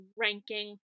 ranking